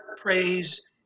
praise